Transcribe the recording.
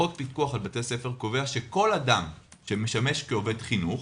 חוק פיקוח על בתי ספר קובע שכל אדם שמשמש כעובד חינוך,